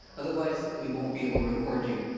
otherwise we won't be able to record you.